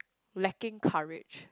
lacking courage